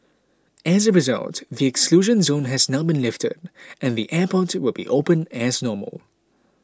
as a result the exclusion zone has now been lifted and the airport will be open as normal